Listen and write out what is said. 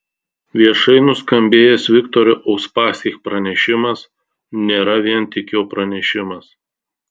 viešai nuskambėjęs viktoro uspaskich pranešimas nėra vien tik jo pranešimas